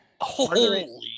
Holy